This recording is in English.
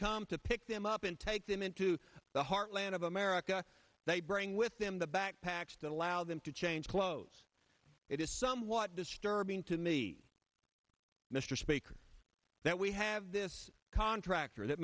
come to pick them up and take them into the heartland of america they bring with them the backpacks that allow them to change clothes it is somewhat disturbing to me mr speaker that we have this contractor that